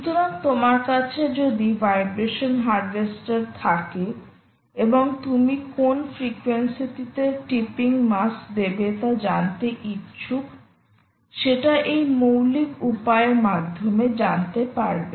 সুতরাং তোমার কাছে যদি ভাইব্রেশন হারভেস্টার থাকে এবং তুমি কোন ফ্রিকোয়েন্সিতে টিপিং মাস দেবে তা জানতে ইচ্ছুক সেটা এই মৌলিক উপায় এর মাধ্যমে জানতে পারবে